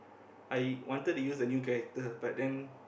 I wanted to use a new character but then